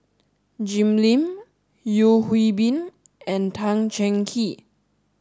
Jim Lim Yeo Hwee Bin and Tan Cheng Kee